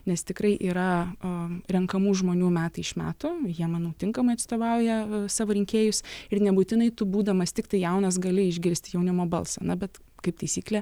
nes tikrai yra renkamų žmonių metai iš metų jie manau tinkamai atstovauja savo rinkėjus ir nebūtinai tu būdamas tiktai jaunas gali išgirsti jaunimo balsą na bet kaip taisyklė